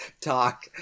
talk